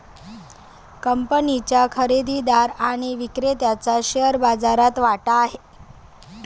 कंपनीच्या खरेदीदार आणि विक्रेत्याचा शेअर बाजारात वाटा आहे